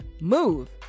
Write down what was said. move